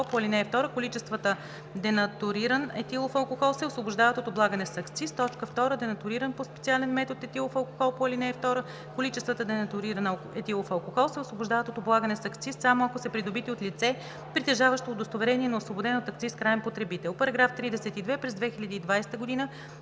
по ал. 2, количествата денатуриран етилов алкохол се освобождават от облагане с акциз. 2. денатуриран по специален метод етилов алкохол по ал. 2, количествата денатуриран етилов алкохол се освобождават от облагане с акциз само ако са придобити от лице притежаващо удостоверение на освободен от акциз краен потребител. § 32. През 2020 г.